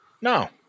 No